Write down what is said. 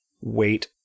wait